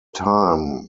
time